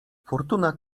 fortuna